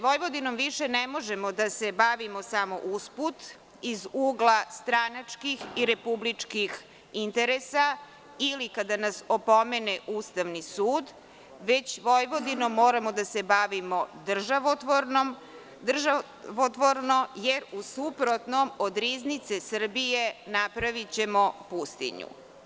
Vojvodinom više ne možemo da se bavimo samo usput iz ugla stranačkih i republičkih interesa ili kada nas opomene Ustavni sud, već Vojvodinom moramo da se bavimo državotvorno, jer u suprotnom od riznice Srbije napravićemo pustinju.